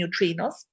neutrinos